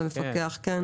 כן.